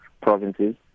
provinces